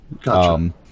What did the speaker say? Gotcha